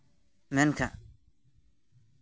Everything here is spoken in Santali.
ᱢᱮᱱᱠᱷᱟᱱ